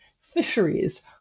fisheries